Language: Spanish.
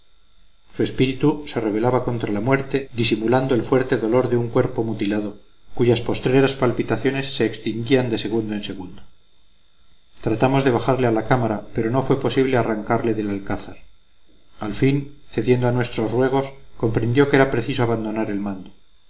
su espíritu se rebelaba contra la muerte disimulando el fuerte dolor de un cuerpo mutilado cuyas postreras palpitaciones se extinguían de segundo en segundo tratamos de bajarle a la cámara pero no fue posible arrancarle del alcázar al fin cediendo a nuestros ruegos comprendió que era preciso abandonar el mando